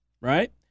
right